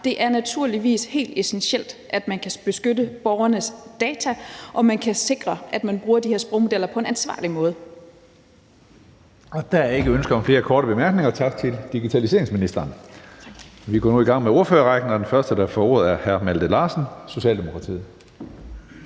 at det naturligvis er helt essentielt, at man kan beskytte borgernes data, og at man kan sikre, at man bruger de her sprogmodeller på en ansvarlig måde. Kl. 18:56 Tredje næstformand (Karsten Hønge): Der er ikke ønsker om flere korte bemærkninger, så tak til digitaliseringsministeren. Vi går nu i gang med ordførerrækken, og den første, der får ordet, er hr. Malte Larsen, Socialdemokratiet.